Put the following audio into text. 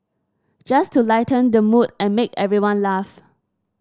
just to lighten the mood and make everyone laugh